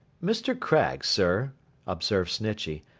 mr. craggs, sir observed snitchey,